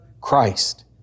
Christ